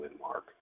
mark